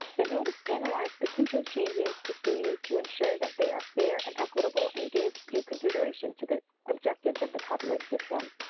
the notice analyzed potential changes to fee to ensure that they are fair and equitable and give due consideration to the objectives of the copyright system,